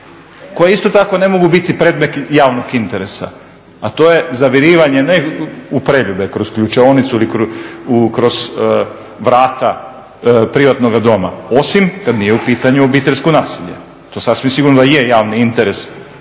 koje isto tako ne mogu biti predmet javnog interesa, a to je zavirivanje ne u … kroz ključaonicu ili kroz vrata privatnog doma, osim kada nije u pitanju obiteljsko nasilje. To sasvim sigurno da je javni interes